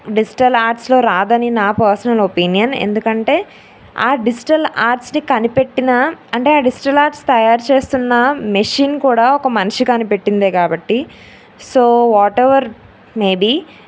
digital ఆర్ట్స్లో రాదని నా పర్సనల్ ఒపీనియన్ ఎందుకంటే ఆ డిజిటల్ ఆర్ట్స్ని కనిపెట్టిన అంటే ఆ డిజిటల్ ఆర్ట్స్ తయారు చేస్తున్న మిషన్ కూడా ఒక మనిషి కనిపెట్టిందే కాబట్టి సో వాటెవర్ మేబి